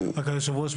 אדוני היושב-ראש,